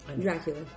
Dracula